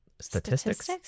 Statistics